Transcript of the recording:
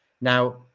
Now